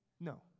No